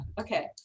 okay